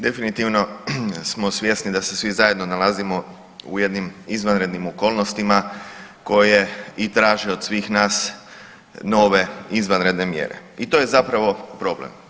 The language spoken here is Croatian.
Definitivno smo svjesni da se svi zajedno nalazimo u jednim izvanrednim okolnostima koje i traže od svih nas nove izvanredne mjere i to je zapravo problem.